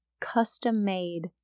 custom-made